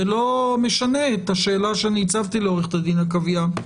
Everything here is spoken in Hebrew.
זה לא משנה את השאלה שאני הצבתי לעורכת הדין עקביה,